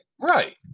right